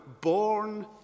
born